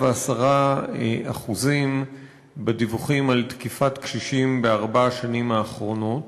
110% בדיווחים על תקיפת קשישים בארבע השנים האחרונות,